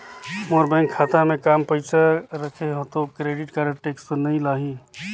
मोर bank खाता मे काम पइसा रखे हो तो क्रेडिट कारड टेक्स तो नइ लाही???